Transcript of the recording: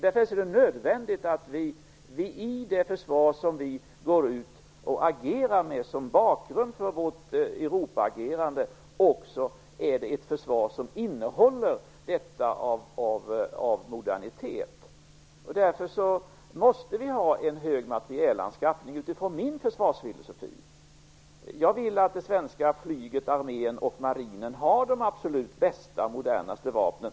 Det är nödvändigt att det försvar som är en bakgrund till vårt Europaagerande är ett försvar som också är modernt. Därför måste vi enligt min försvarsfilosofi ha en stor materielanskaffning. Jag vill att det svenska flyget, den svenska armén och den svenska marinen har de absolut bästa och modernaste vapnen.